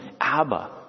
Abba